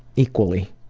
equally